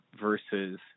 versus